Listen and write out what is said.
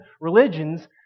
religions